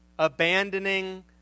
Abandoning